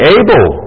able